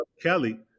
Kelly